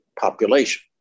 population